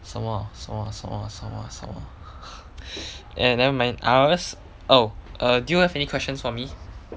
什么什么什么什么 eh nevermind I always oh err do you have any questions for me